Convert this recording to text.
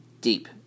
deep